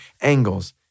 angles